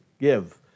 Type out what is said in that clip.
give